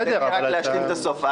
תן לי רק להשלים את הדברים.